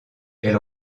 elle